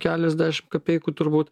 keliasdešim kapeikų turbūt